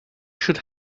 should